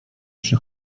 przy